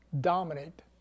dominate